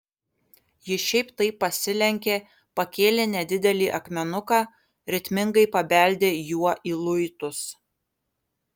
ji šiaip taip pasilenkė pakėlė nedidelį akmenuką ritmingai pabeldė juo į luitus